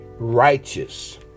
righteous